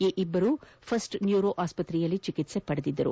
ಈ ಇಬ್ಬರು ಫಸ್ನ್ ನ್ಯೂರೊ ಆಸ್ವತ್ರೆಯಲ್ಲಿ ಚಿಕಿತ್ಸೆ ಪಡೆದಿದ್ದರು